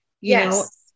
Yes